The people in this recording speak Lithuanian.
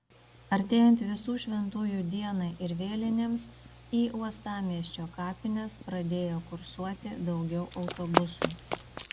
artėjant visų šventųjų dienai ir vėlinėms į uostamiesčio kapines pradėjo kursuoti daugiau autobusų